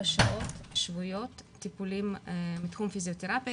שעות שבועיות טיפולים מתחום פיזיותרפיה,